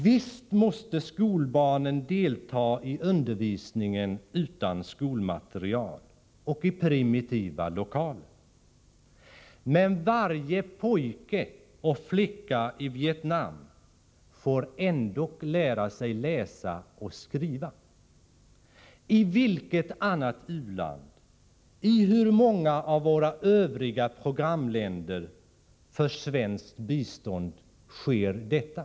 Visst måste skolbarnen delta i undervisningen utan skolmateriel och i primitiva lokaler. Men varje pojke och flicka i Vietnam får ändock lära sig läsa och skriva. I vilket annat u-land, i hur många av våra övriga programländer för svenskt bistånd, sker detta?